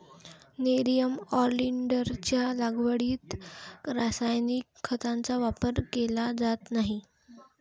nerium ऑलिंडरच्या लागवडीत रासायनिक खतांचा वापर केला जात नाही